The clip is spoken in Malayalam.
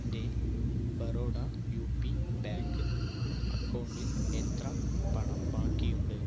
എൻ്റെ ബറോഡ യു പി ബാങ്ക് അക്കൗണ്ടിൽ എത്ര പണം ബാക്കിയുണ്ട്